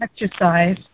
exercise